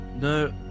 No